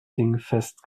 dingfest